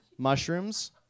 Mushrooms